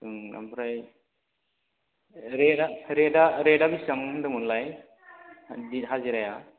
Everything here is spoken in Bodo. ओं ओमफ्राय रेटआ रेटआ बेसेबां होन्दोंमोनलाय दिन हाजिराया